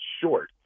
short